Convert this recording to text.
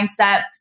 mindset